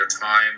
time